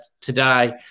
today